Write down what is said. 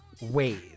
ways